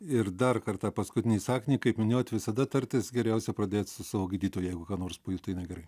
ir dar kartą paskutinį sakinį kaip minėjot visada tartis geriausia pradėt su savo gydytoju jeigu ką nors pajutai negerai